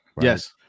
Yes